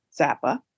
Zappa